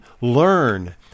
learn